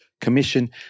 Commission